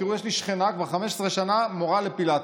תראו, יש לי שכנה שכבר 15 שנה היא מורה לפילאטיס.